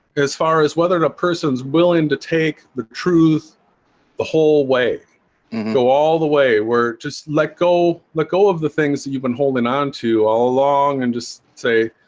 as far as whether and a person's willing to take the truth the whole way go all the way where just let go let go of the things that you've been holding on to all along and just say